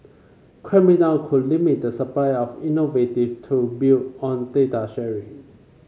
clamping down could limit the supply of innovative tool built on data sharing